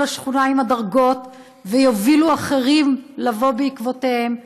לשכונה עם הדרגות ויובילו אחרים לבוא בעקבותיהם.